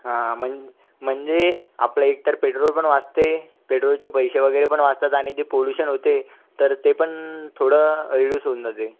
हा म्हण म्हणजे आपलं एक तर पेट्रोल पण वाचते पेट्रोलचे पैसे वगैरे पण वाचतात आणि ते पोल्युशन होते तर ते पण थोडं रेड्युस होऊन जाते